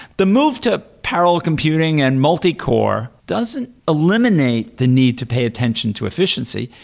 the move to parallel computing and multi-core doesn't eliminate the need to pay attention to efficiency,